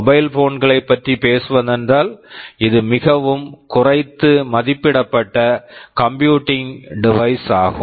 mobile phone mobile phone களைப் பற்றி பேசுவதென்றால் இது மிகவும் குறைத்து மதிப்பிடப்பட்ட கம்ப்யூட்டிங் டிவைஸ் computing deviceஆகும்